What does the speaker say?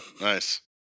Nice